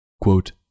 Quote